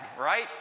right